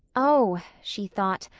oh, she thought,